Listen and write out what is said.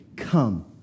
Come